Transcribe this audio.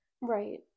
right